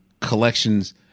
collections